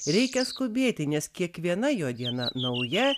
reikia skubėti nes kiekviena jo diena nauja